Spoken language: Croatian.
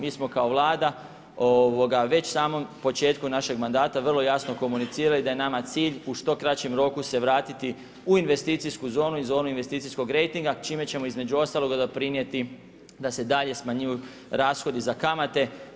Mi smo kao Vlada već na samom početku našeg mandata vrlo jasno komunicirali da je nama cilj u što kraćem roku se vratiti u investicijsku zonu i zonu investicijskog rejtinga čime ćemo između ostaloga doprinijeti da se dalje smanjuju rashodi za kamate.